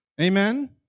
amen